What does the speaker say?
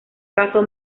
caso